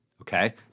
Okay